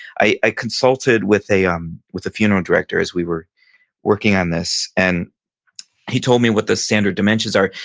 i consulted with a um with a funeral director as we were working on this. and he told me what the standard dimensions are.